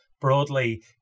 broadly